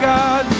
God